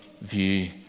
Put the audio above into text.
view